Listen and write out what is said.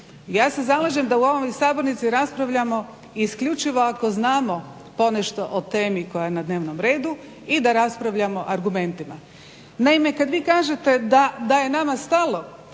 Ja se zalažem da u ovoj sabornici raspravljamo isključivo ako znamo ponešto o temi koja je na dnevnom redu i da raspravljamo argumentima. Naime, kad vi kažete da je nama stalo